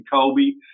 Kobe